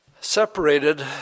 separated